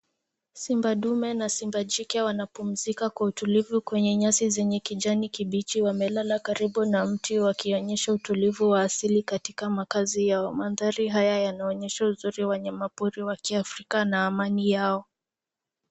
Simba dume na simba jike wanapumzika kwa utulivu kwenye nyasi zenye kijani kibichi. Wamelala karibu na mti wakionyesha utulivu wa asili katika makazi yao. Mandhari haya yanaonyesha uzuri wanyamapori wa Kiafrika na amani yao.